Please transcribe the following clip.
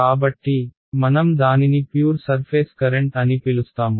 కాబట్టి మనం దానిని ప్యూర్ సర్ఫేస్ కరెంట్ అని పిలుస్తాము